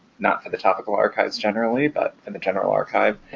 not for the topical archives generally but in the general archive.